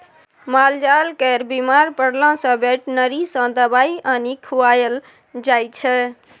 मालजाल केर बीमार परला सँ बेटनरी सँ दबाइ आनि खुआएल जाइ छै